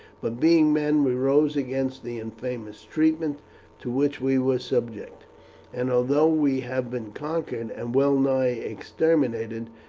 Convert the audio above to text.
but being men we rose against the infamous treatment to which we were subject and although we have been conquered and well nigh exterminated,